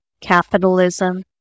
capitalism